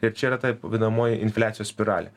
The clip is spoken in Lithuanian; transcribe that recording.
ir čia yra ta vadinamoji infliacijos spiralė